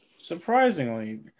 Surprisingly